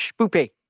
spoopy